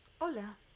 Hola